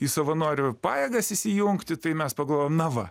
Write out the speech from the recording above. į savanorių pajėgas įsijungti tai mes pagalvojom na va